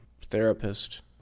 therapist